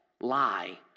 lie